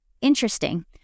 Interesting